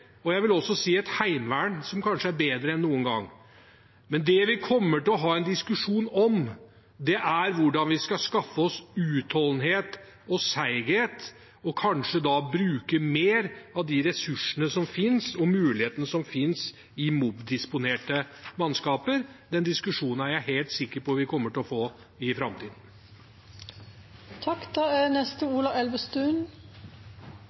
Jeg vil også si at vi har et heimevern som kanskje er bedre enn noen gang. Men det vi kommer til å ha en diskusjon om, er hvordan vi skal skaffe oss utholdenhet og seighet, og om vi kanskje skal bruke mer av ressursene som finnes, og mulighetene som finnes i mobdisponerte mannskaper. Den diskusjonen er jeg helt sikker på at vi kommer til å få i framtiden. Representanten Moxnes pekte på at det er